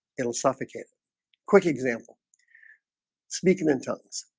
it'll suffocate quick example speaking in tongues